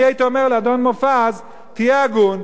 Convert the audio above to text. אני הייתי אומר לאדון מופז: תהיה הגון,